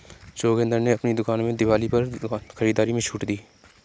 जोगिंदर ने अपनी दुकान में दिवाली पर खरीदारी में छूट दी